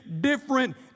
different